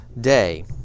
day